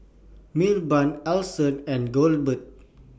Milburn Ellison and Goebel